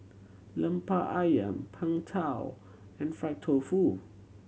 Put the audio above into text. Lemper Ayam Png Tao and fried tofu